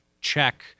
check